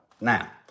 Now